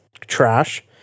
trash